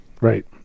right